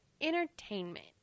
Entertainment